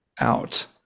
out